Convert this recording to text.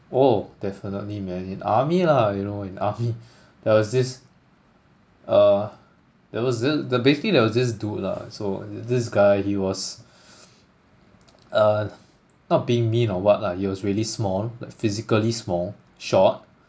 oh definitely man in army lah you know in army there was this uh there was this the basically was this dude lah so this guy he was uh not being mean or what lah he was really small like physically small short